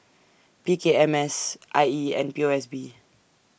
P K M S I E and P O S B